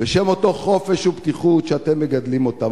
בשם אותו חופש ופתיחות שאתם מגדלים אותם,